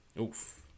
Oof